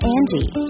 Angie